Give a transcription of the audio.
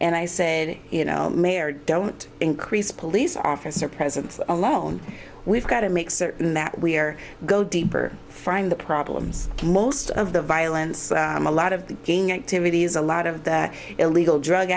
and i said you know mayor don't increase police officer presence alone we've got to make certain that we're go deeper from the problems most of the violence a lot of gang activity is a lot of that illegal drug